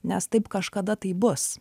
nes taip kažkada tai bus